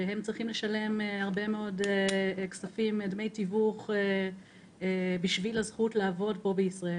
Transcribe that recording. שצריכים לשלם הרבה כסף דמי תיווך בשביל הזכות לעבוד בישראל,